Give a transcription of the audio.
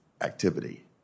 activity